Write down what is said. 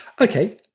Okay